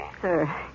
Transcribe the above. Sir